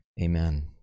amen